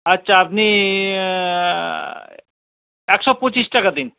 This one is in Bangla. আচ্ছা আপনি একশো পঁচিশ টাকা দিন